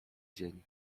dzień